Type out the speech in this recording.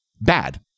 bad